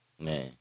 Man